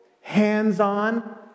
hands-on